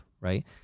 Right